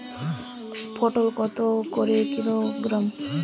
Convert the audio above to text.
পটল কত করে কিলোগ্রাম?